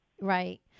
Right